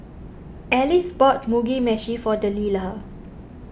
Alice bought Mugi Meshi for Deliah